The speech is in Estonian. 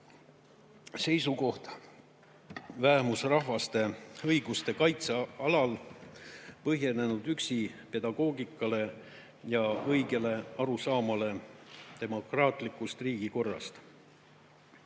seisukoht vähemusrahvaste õiguste kaitse alal põhinenud üksi pedagoogikale ja õigele arusaamale demokraatlikust riigikorrast.